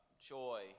joy